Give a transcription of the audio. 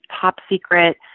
top-secret